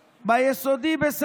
ביסודי, בסדר.